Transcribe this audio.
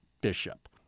Bishop